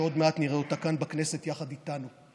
שעוד מעט נראה אותה כאן בכנסת יחד איתנו.